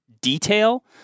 detail